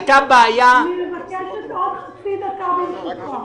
אני מבקשת עוד חצי דקה ברשותך.